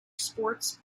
sports